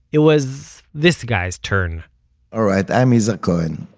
it was this guy's turn alright, i'm yizhar cohen.